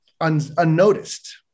unnoticed